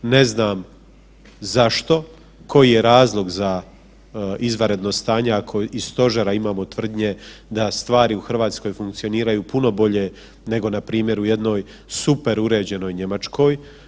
Ne znam zašto, koji je razlog za izvanredno stanje ako iz Stožera imamo tvrdnje da stvari u Hrvatskoj funkcioniraju puno bolje nego npr. u jednoj super-uređenoj Njemačkoj.